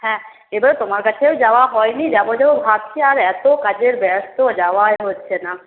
হ্যাঁ এবার তোমার কাছেও যাওয়া হয়নি যাবো যাবো ভাবছি আর এত কাজের ব্যস্ত যাওয়াই হচ্ছে না